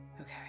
Okay